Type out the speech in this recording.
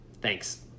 Thanks